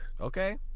Okay